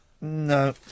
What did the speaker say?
no